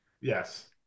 Yes